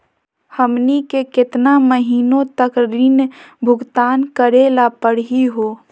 हमनी के केतना महीनों तक ऋण भुगतान करेला परही हो?